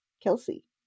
Kelsey